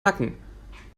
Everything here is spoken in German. nacken